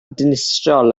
dinistriol